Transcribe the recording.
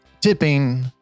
Tipping